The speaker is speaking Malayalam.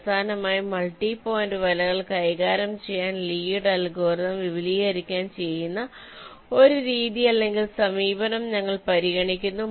അവസാനമായി മൾട്ടി പോയിന്റ് വലകൾ കൈകാര്യം ചെയ്യാൻ ലീയുടെ അൽഗോരിതംLees algorithm വിപുലീകരിക്കാൻ കഴിയുന്ന ഒരു രീതി അല്ലെങ്കിൽ സമീപനം ഞങ്ങൾ പരിഗണിക്കുന്നു